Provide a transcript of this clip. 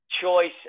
choice